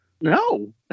No